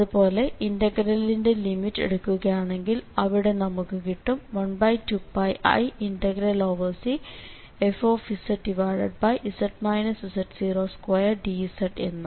അതുപോലെ ഇന്റഗ്രലിന്റെ ലിമിറ്റ് എടുക്കുകയാണെങ്കിൽ അവിടെ നമുക്ക് കിട്ടും 12πiCfzz z02dz എന്ന്